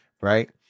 right